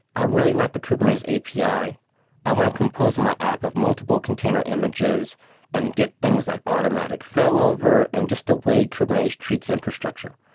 i really like the kubernetes api. i i want to compose my app of multiple container images and get things like automatic failover and just a way kubernetes treats infrastructure.